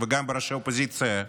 וגם בראשי האופוזיציה,